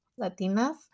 Latinas